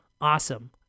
Awesome